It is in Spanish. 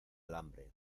alambre